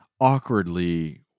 awkwardly